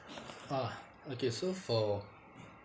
ah okay so for